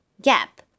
gap